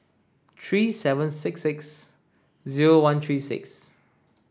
three seven six six zero one three six